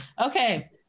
Okay